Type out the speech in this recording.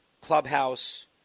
Clubhouse